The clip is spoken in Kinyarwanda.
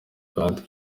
kandi